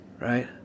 right